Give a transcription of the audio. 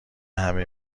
همه